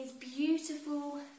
beautiful